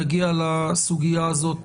נגיע לסוגיה הזאת